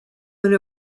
one